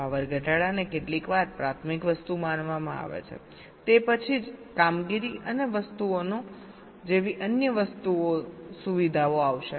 power ઘટાડાને કેટલીકવાર પ્રાથમિક વસ્તુ માનવામાં આવે છે તે પછી જ કામગીરી અને વસ્તુઓ જેવી અન્ય સુવિધાઓ આવશે